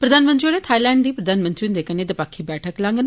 प्रधानमंत्री होरें थाईलैं दे प्रधानमंत्री हुन्दे कन्नै दपक्खी बैठक लांडन